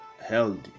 healthy